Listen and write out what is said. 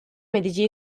edeceği